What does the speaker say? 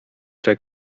cze